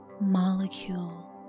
molecule